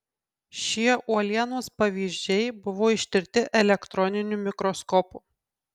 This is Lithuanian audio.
šie uolienos pavyzdžiai buvo ištirti elektroniniu mikroskopu